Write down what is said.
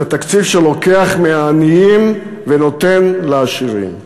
זה תקציב שלוקח מהעניים ונותן לעשירים.